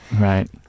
Right